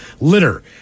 litter